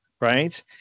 Right